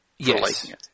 Yes